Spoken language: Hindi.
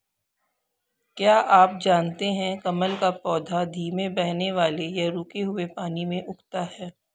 क्या आप जानते है कमल का पौधा धीमे बहने वाले या रुके हुए पानी में उगता है?